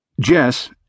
Jess